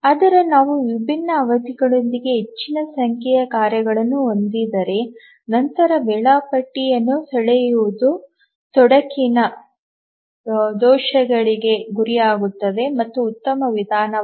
ಆದರೆ ನಾವು ವಿಭಿನ್ನ ಅವಧಿಗಳೊಂದಿಗೆ ಹೆಚ್ಚಿನ ಸಂಖ್ಯೆಯ ಕಾರ್ಯಗಳನ್ನು ಹೊಂದಿದ್ದರೆ ನಂತರ ವೇಳಾಪಟ್ಟಿಯನ್ನು ಸೆಳೆಯುವುದು ತೊಡಕಿನ ದೋಷಗಳಿಗೆ ಗುರಿಯಾಗುತ್ತದೆ ಮತ್ತು ಉತ್ತಮ ವಿಧಾನವಲ್ಲ